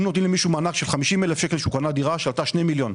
אם נותנים למישהו מענק של 50,000 שקלים שהוא קנה דירה שעלתה 2 מיליון,